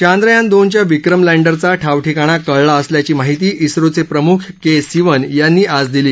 चांद्रयान दोनच्या विक्रम लँडरचा ठावठिकाणा कळला असल्याची माहिती इस्रोचे प्रमुख के सिवन यांनी आज दिली